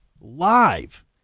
live